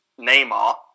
Neymar